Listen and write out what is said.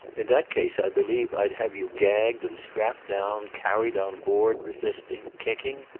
in that case i believe i'd have you gagged and strapped down, carried on board resisting, kicking.